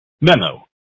Memo